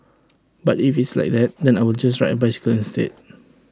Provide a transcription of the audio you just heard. but if it's like that then I will just ride A bicycle instead